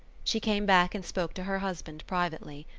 she came back and spoke to her husband privately.